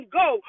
go